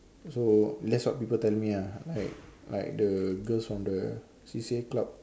so that's what people tell me ah like like the girls from the C_C_A club